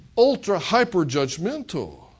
ultra-hyper-judgmental